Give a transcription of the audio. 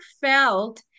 felt